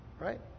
Right